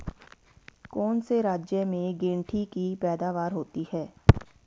कौन से राज्य में गेंठी की पैदावार होती है?